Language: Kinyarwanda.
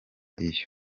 iyo